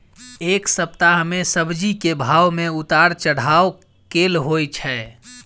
एक सप्ताह मे सब्जी केँ भाव मे उतार चढ़ाब केल होइ छै?